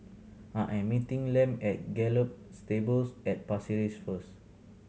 I am meeting Lem at Gallop Stables at Pasir Ris first